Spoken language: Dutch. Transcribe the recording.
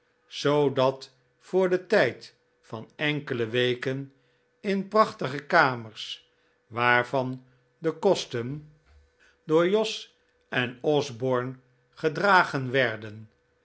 zoodat voor den tijd van enkele weken in prachtige kamers waarvan de kosten door jos en osborne gedragen werden